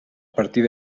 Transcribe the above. partir